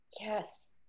Yes